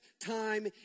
time